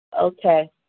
Okay